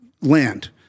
land